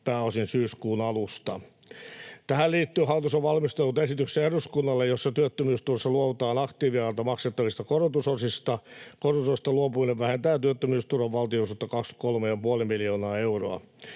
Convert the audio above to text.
pääosin syyskuun alusta. Tähän liittyen hallitus on valmistellut esityksen eduskunnalle, jossa työttömyysturvassa luovutaan aktiiviajalta maksettavista korotusosista. Korotusosista luopuminen vähentää työttömyysturvan valtionosuutta 23 ja puoli miljoonaa euroa.